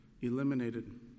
eliminated